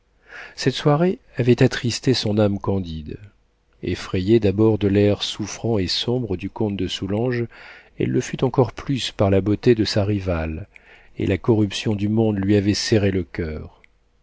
cette soirée avait attristé son âme candide effrayée d'abord de l'air souffrant et sombre du comte de soulanges elle le fut encore plus par la beauté de sa rivale et la corruption du monde lui avait serré le coeur